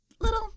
little